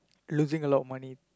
losing a lot of money